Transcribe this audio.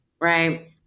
Right